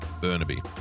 Burnaby